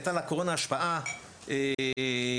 הייתה לקורונה השפעה פוגענית,